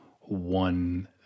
one